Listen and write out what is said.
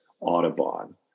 Audubon